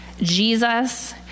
Jesus